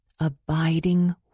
abiding